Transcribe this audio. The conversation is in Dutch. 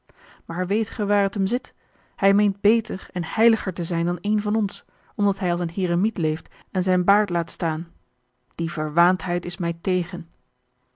maar weet ge waar het hem zit hij meent beter en heiliger te zijn dan een van ons omdat hij als een heremiet leeft en zijn baard laat staan die verwaandheid is mij tegen